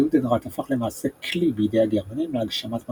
היודנראט הפך למעשה כלי בידי הגרמנים להגשמת מטרותיהם,